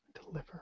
Deliver